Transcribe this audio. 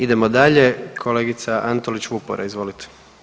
Idemo dalje kolegica Antolić Vupora, izvolite.